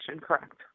correct